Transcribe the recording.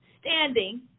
standing